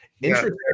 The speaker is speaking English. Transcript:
Interesting